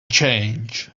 change